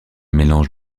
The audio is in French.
mélange